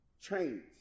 change